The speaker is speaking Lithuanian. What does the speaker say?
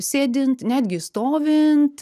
sėdint netgi stovint